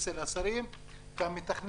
אצל השרים והמתכננים.